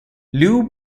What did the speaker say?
liu